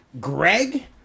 Greg